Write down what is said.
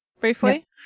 briefly